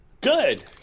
Good